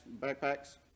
backpacks